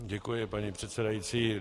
Děkuji, paní předsedající.